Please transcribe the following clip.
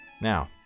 Now